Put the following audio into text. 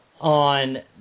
On